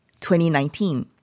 2019